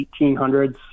1800s